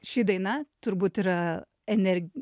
ši daina turbūt yra ener